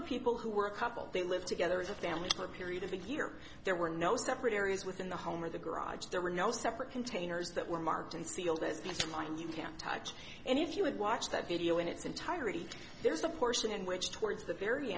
were people who were a couple they lived together as a family for a period of a year there were no separate areas within the home or the garage there were no separate containers that were marked and sealed as piece of mind you can't touch and if you would watch that video in its entirety there's a portion in which towards the very